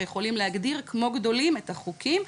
יכולים להגדיר כמו גדולים את החוקים,